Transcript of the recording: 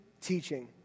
teaching